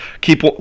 keep